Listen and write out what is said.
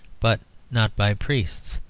but not by priests.